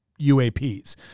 UAPs